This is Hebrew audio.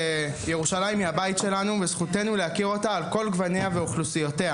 ירושלים היא הבית שלנו וזכותנו להכיר אותה על כל גווניה ואוכלוסותיה.